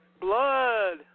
Blood